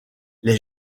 les